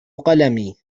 قلمي